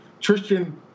Tristan